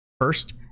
First